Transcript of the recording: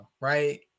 right